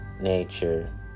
nature